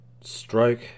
stroke